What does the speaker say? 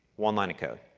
one line of code.